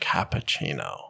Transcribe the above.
Cappuccino